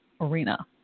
arena